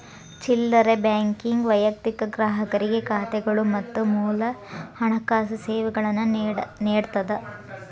ಚಿಲ್ಲರೆ ಬ್ಯಾಂಕಿಂಗ್ ವೈಯಕ್ತಿಕ ಗ್ರಾಹಕರಿಗೆ ಖಾತೆಗಳು ಮತ್ತ ಮೂಲ ಹಣಕಾಸು ಸೇವೆಗಳನ್ನ ನೇಡತ್ತದ